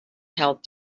held